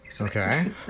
Okay